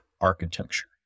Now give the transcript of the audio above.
architecture